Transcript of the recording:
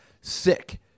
sick